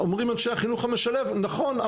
אומרים אנשי החינוך המשלב נכון,